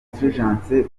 fulgence